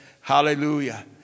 Hallelujah